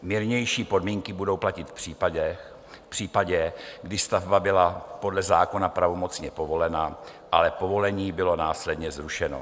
Mírnější podmínky budou platit v případě, když stavba byla podle zákona pravomocně povolena, ale povolení bylo následně zrušeno.